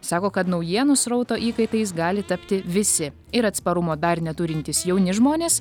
sako kad naujienų srauto įkaitais gali tapti visi ir atsparumo dar neturintys jauni žmonės